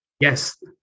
Yes